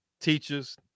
teachers